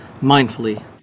mindfully